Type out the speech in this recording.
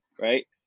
right